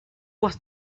was